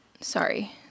sorry